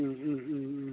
ও ও ও ও